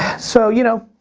so, you know,